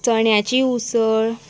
चण्याची उसळ